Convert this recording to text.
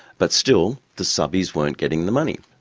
but still the subbies weren't getting the money.